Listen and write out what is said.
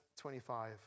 25